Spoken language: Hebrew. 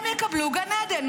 הם יקבלו גן עדן.